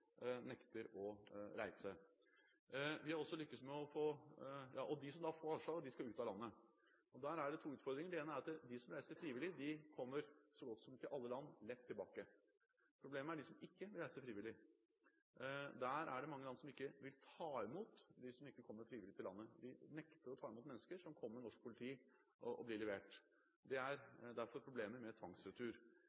nekter å reise. De som får avslag, skal ut av landet. Der er det to utfordringer. Den ene er at de som reiser frivillig, kommer så godt som til alle land lett tilbake. Problemet er de som ikke reiser frivillig. Det er mange land som ikke vil ta imot dem som ikke kommer frivillig til landet – de nekter å ta imot mennesker som blir levert av norsk politi.